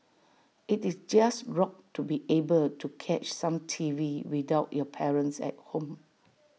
IT is just rocked to be able to catch some T V without your parents at home